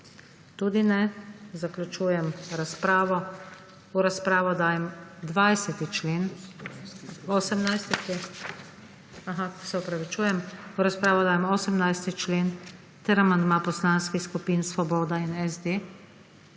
(Tudi ne.) Zaključujem razpravo. V razpravo dajem 18. člen ter amandma Poslanskih skupin Svoboda in SD.